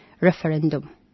referendum